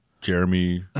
Jeremy